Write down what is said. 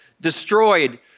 destroyed